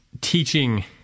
teaching